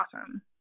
awesome